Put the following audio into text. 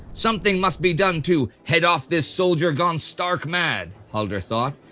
something must be done to head off this soldier gone stark mad, halder thought,